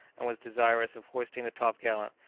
and was desirous of hoisting the top-gallant,